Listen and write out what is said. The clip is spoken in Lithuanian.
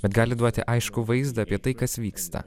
bet gali duoti aiškų vaizdą apie tai kas vyksta